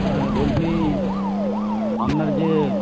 হ্যাঁ বলছি আপনার যে